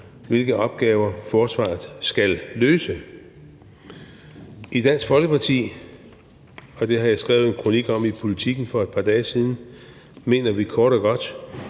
hvilke opgaver forsvaret skal løse. I Dansk Folkeparti – og det har jeg skrevet en kronik om i Politiken for et par dage siden – mener vi kort godt,